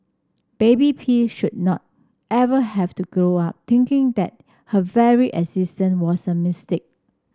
baby P should not ever have to grow up thinking that her very existence was a mistake